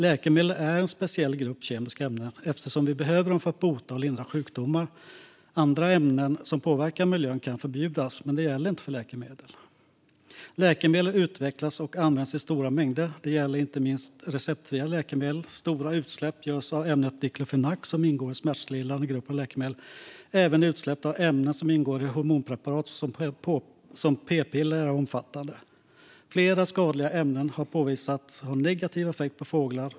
Läkemedel är en speciell grupp kemiska ämnen eftersom vi behöver dem för att bota och lindra sjukdomar. Andra ämnen som påverkar miljön kan förbjudas, men det gäller inte för läkemedel. Läkemedel utvecklas och används i stora mängder. Det gäller inte minst receptfria läkemedel. Stora utsläpp görs av ämnet diklofenak, som ingår i gruppen smärtlindrande läkemedel. Även utsläpp av ämnen som ingår i hormonpreparat såsom p-piller är omfattande. Flera skadliga ämnen har påvisats ha negativa effekter på fåglar.